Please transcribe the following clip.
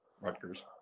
Rutgers